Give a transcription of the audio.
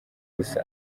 gusa